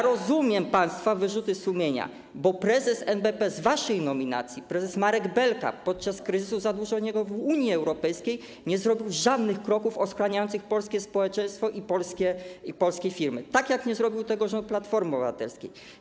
Rozumiem państwa wyrzuty sumienia, bo prezes NBP z waszej nominacji, prezes Marek Belka, podczas kryzysu zadłużeniowego w Unii Europejskiej nie zrobił żadnych kroków ochraniających polskie społeczeństwo i polskie firmy, tak jak nie zrobił tego rząd Platformy Obywatelskiej.